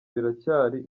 biracyari